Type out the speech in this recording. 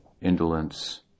indolence